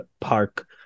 Park